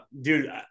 dude